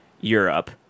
Europe